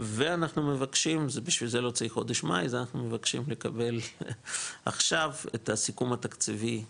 ואנחנו מבקשים לקבל עכשיו, את הסיכום התקציבי,